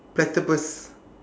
platypus